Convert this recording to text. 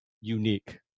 unique